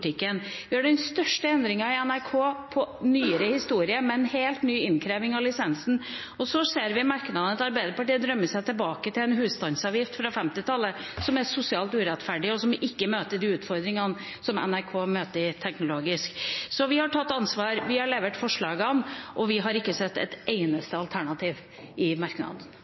Vi gjør den største endringen i NRK i nyere historie med en helt ny innkreving av lisensen. I merknadene ser vi at Arbeiderpartiet drømmer seg tilbake til en husstandsavgift fra 1950-tallet som er sosialt urettferdig, og som ikke møter de utfordringene NRK møter teknologisk. Vi har tatt ansvar, vi har levert forslagene, og vi har ikke sett et eneste alternativ i